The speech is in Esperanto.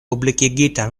publikigita